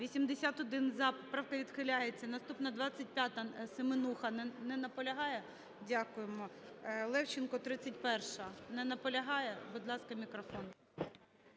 За-81 Поправка відхиляється. Наступна, 25-а. Семенуха не наполягає? Дякуємо. Левченко, 31-а. Не наполягає? Будь ласка, мікрофон.